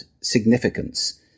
significance